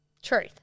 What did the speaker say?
Truth